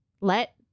Let